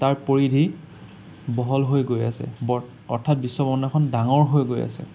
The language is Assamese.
তাৰ পৰিধি বহল হৈ গৈ আছে অৰ্থাৎ বিশ্ব ব্ৰহ্মাণ্ডখন ডাঙৰ হৈ গৈ আছে